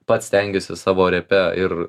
pats stengiuosi savo repe ir